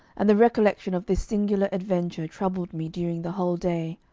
and the recollection of this singular adventure troubled me during the whole day.